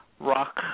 rock